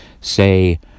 say